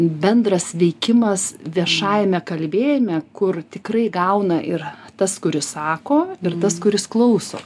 bendras veikimas viešajame kalbėjime kur tikrai gauna ir tas kuris sako ir tas kuris klauso